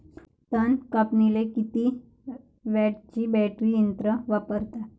तन कापनीले किती व्होल्टचं बॅटरी यंत्र वापरतात?